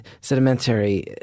sedimentary